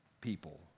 people